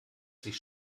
sich